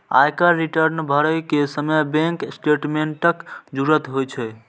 आयकर रिटर्न भरै के समय बैंक स्टेटमेंटक जरूरत होइ छै